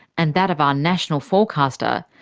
and that of our national forecaster,